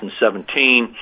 2017